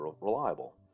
reliable